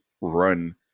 run